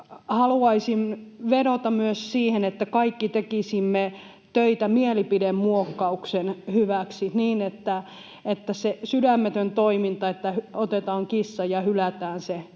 Haluaisin vedota myös siihen, että kaikki tekisimme töitä mielipidemuokkauksen hyväksi niin, että se sydämetön toiminta, että otetaan kissa ja hylätään se,